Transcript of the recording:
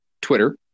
Twitter